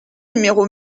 numéro